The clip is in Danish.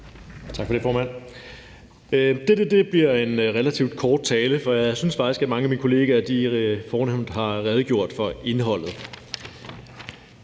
Tak for det, formand. Dette bliver en relativt kort tale, for jeg synes faktisk, at mange af mine kollegaer fornemt har redegjort for indholdet.